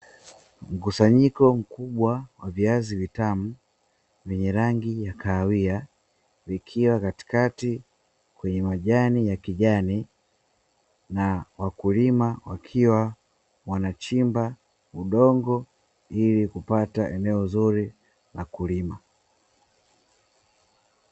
Mkusanyiko mkubwa wa viazi vitamu vyenye rangi ya kahawia vikiwa katikati kwenye majani ya kijani, na wakulima wakiwa wanachimba udongo ili kupata eneo zuri na kulima.